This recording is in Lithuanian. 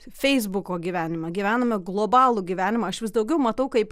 feisbuko gyvenimą gyvename globalų gyvenimą aš vis daugiau matau kaip